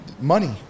money